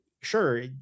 sure